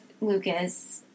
lucas